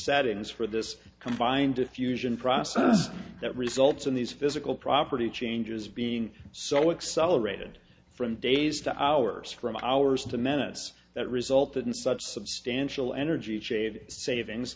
settings for this combined fusion process that results in these physical property changes being so excel rated from days to hours from hours to minutes that result in such substantial energy shade savings